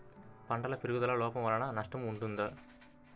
పంటల పెరుగుదల లోపం వలన నష్టము ఉంటుందా?